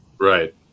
Right